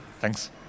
Thanks